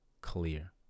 clear